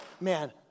man